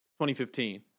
2015